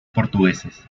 portugueses